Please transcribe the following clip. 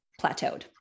plateaued